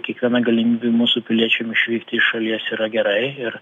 kiekviena galimybė mūsų piliečiam išvykti iš šalies yra gerai ir